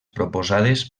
proposades